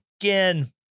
again